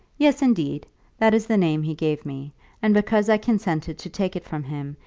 yes, indeed that is the name he gave me and because i consented to take it from him,